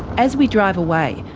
as we drive away,